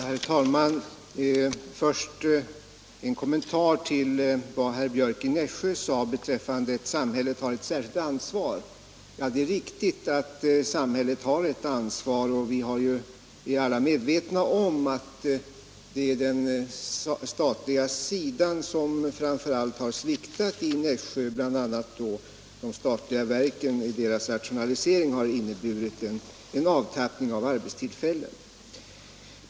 Herr talman! Först en kommentar till herr Björcks i Nässjö uttalande att samhället har ett särskilt ansvar. Det är riktigt att samhället har ett ansvar, och vi är alla medvetna om att det framför allt är den statliga sidan som har sviktat i Nässjö. Bl. a. har de statliga verkens rationalisering inneburit en avtappning av arbetstillfällen.